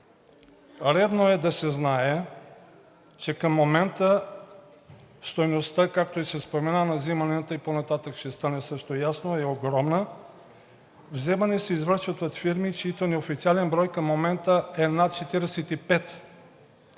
Редно е да се знае, че към момента стойността на вземанията – по-нататък ще стане също ясно, е огромна. Вземания се извършват от фирми, чийто неофициален брой към момента е над 45,